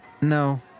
No